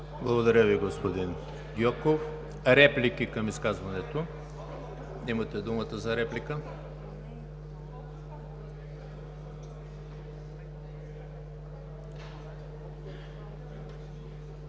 Благодаря Ви, господин Гьоков. Реплики към изказването? Имате думата за реплика.